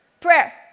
prayer